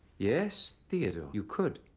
yes, theodore, you could,